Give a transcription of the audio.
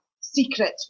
secret